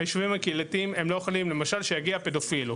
הישובים הקהילתיים הם לא יכולים למשל שיגיע פדופיל.